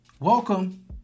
Welcome